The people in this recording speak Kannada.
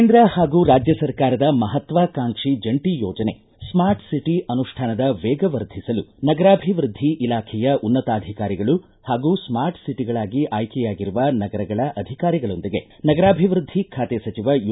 ಕೇಂದ್ರ ಹಾಗೂ ರಾಜ್ಯ ಸರ್ಕಾರದ ಮಹತ್ವಾಕಾಂಕ್ಷಿ ಜಂಟ ಯೋಜನೆ ಸ್ಕಾರ್ಟ್ ಓಟ ಅನುಷ್ಠಾನದ ವೇಗ ವರ್ಧಿಸಲು ನಗರಾಭಿವೃದ್ಧಿ ಇಲಾಖೆಯ ಉನ್ನತಾಧಿಕಾರಿಗಳು ಹಾಗೂ ಸ್ಮಾರ್ಟ್ ಸಿಟಿಗಳಾಗಿ ಆಯ್ಕೆಯಾಗಿರುವ ನಗರಗಳ ಅಧಿಕಾರಿಗಳೊಂದಿಗೆ ನಗರಾಭಿವೃದ್ಧಿ ಖಾತೆ ಸಚಿವ ಯು